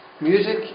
music